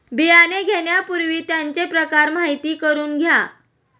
बियाणे घेण्यापूर्वी त्यांचे प्रकार माहिती करून घ्या